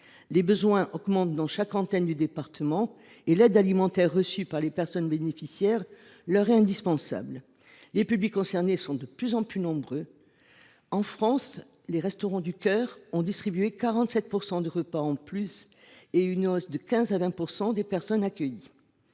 Les besoins augmentent dans chaque antenne du département et l’aide alimentaire reçue par les personnes bénéficiaires leur est indispensable. Par ailleurs, les publics concernés sont de plus en plus nombreux. En France, les Restos du Cœur ont distribué 47 % de repas en plus. Par ailleurs, les personnes accueillies